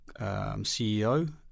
CEO